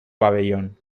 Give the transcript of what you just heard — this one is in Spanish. pabellón